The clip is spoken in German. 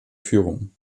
führung